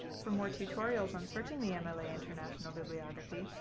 for more tutorials on searching the yeah mla international bibliography,